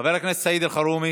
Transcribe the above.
חבר הכנסת סעיד אלחרומי.